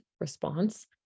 response